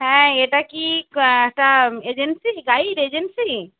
হ্যাঁ এটা কি একটা এজেন্সি গাইড এজেন্সি